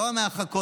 לא רק מהחכות,